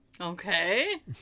Okay